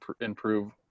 improve